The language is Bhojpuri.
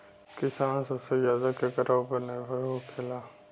किसान सबसे ज्यादा केकरा ऊपर निर्भर होखेला?